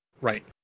Right